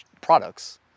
products